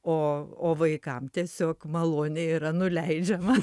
o o vaikam tiesiog maloniai yra nuleidžiama